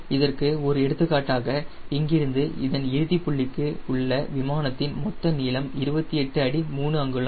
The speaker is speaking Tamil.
இதற்கு ஒரு எடுத்துக்காட்டாக இங்கிருந்து இதன் இறுதிப் புள்ளிக்கு உள்ள விமானத்தின் மொத்த நீளம் 28 அடி 3 அங்குலம்